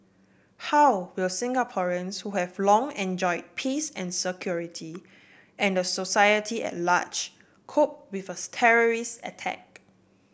how will Singaporeans who have long enjoy peace and security and the society at large cope with a terrorist attack